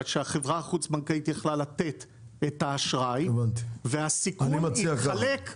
שהחברה החוץ בנקאית יכלה לתת את האשראי והסיכון יתחלק --- הבנתי.